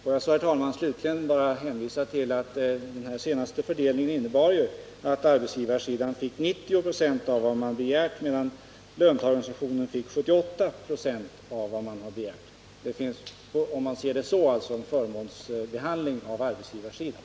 Får jag slutligen, herr talman, bara hänvisa till att den senaste fördelningen innebar att arbetsgivarsidan fick 90 26 av vad man begärt, medan löntagarorganisationen fick 78 96 av vad man begärt. Det är alltså, om man tar hänsyn till dessa siffror, en förmånsbehandling av arbetsgivarsidan.